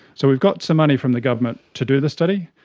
so we've got some money from the government to do this study,